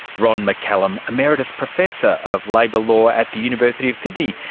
ron mccallum, emeritus professor of labour law at the university of sydney.